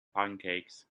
pancakes